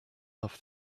love